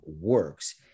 works